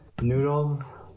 noodles